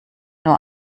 nur